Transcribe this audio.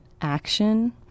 action